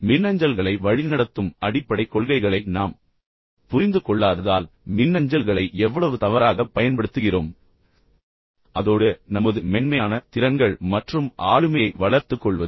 மின்னஞ்சல்களை வழிநடத்தும் அடிப்படை கொள்கைகளை நாம் புரிந்து கொள்ளாததால் மின்னஞ்சல்களை எவ்வளவு தவறாகப் பயன்படுத்துகிறோம் அதோடு பொதுவாக நமது மென்மையான திறன்கள் மற்றும் ஆளுமையை வளர்த்துக் கொள்வது